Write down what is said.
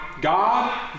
God